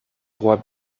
rois